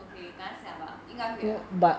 okay 等他下吧应该会 ah